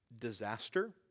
disaster